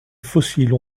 fossiles